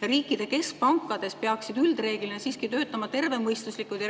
Riikide keskpankades peaksid üldreeglina siiski töötama tervemõistuslikud ja